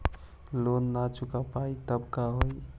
Loan न चुका पाई तब का होई?